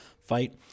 fight